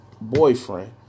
boyfriend